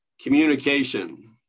Communication